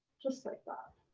just like that.